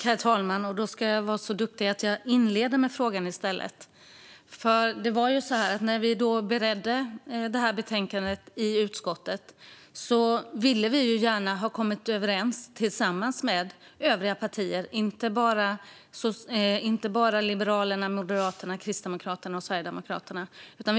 Herr talman! Då ska jag vara så duktig att jag inleder med frågan i stället. När vi beredde det här betänkandet i utskottet ville vi gärna komma överens även med övriga partier och inte bara mellan Liberalerna, Moderaterna, Kristdemokraterna och Sverigedemokraterna.